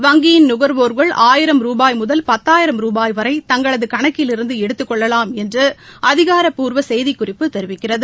வங்கியின் நுக்வோர்கள் ஆயிரம் ரூபாய் முதல் பத்தாயிரம் ரூபாய் வரை தங்களது கணக்கிலிருந்து எடுத்துக் கொள்ளலாம் என்று அதிகாரப்பூர்வ செய்திக்குறிப்பு தெரிவிக்கிறது